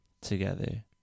together